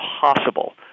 possible